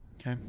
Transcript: okay